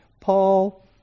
Paul